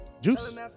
Juice